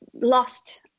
lost